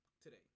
today